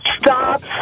Stop